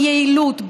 ביעילות,